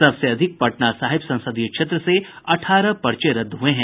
सबसे अधिक पटना साहिब संसदीय क्षेत्र से अठारह पर्चे रद्द हुए हैं